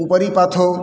ऊपरी पाथो